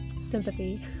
sympathy